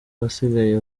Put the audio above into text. ahasigaye